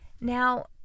Now